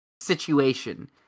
situation